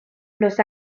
los